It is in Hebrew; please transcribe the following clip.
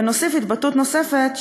ונוסיף התבטאות נוספת,